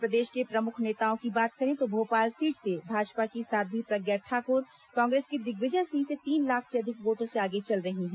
मध्यप्रदेश के प्रमुख नेताओं की बात करें तो भोपाल सीट से भाजपा की साध्यी प्रज्ञा ठाकुर कांग्रेस के दिग्विजय सिंह से तीन लाख से अधिक वोटों से आगे चल रही हैं